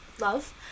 love